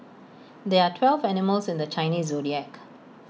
there are twelve animals in the Chinese Zodiac